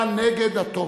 אתה נגד הטוב.